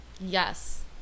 Yes